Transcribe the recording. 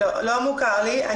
לא מוכר לי.